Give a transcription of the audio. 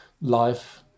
life